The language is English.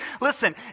Listen